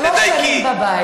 תדייקי.